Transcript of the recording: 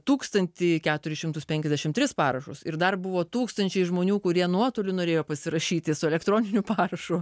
tūkstantį keturis šimtus penkiasdešim tris parašus ir dar buvo tūkstančiai žmonių kurie nuotoliu norėjo pasirašyti su elektroniniu parašu